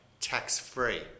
tax-free